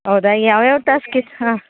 ಹೌದ ಯಾವ್ಯಾವ ಟಾಸ್ಕ್ ಇ ಹಾಂ